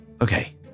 Okay